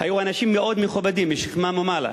היו אנשים מאוד מכובדים, משכמם ומעלה.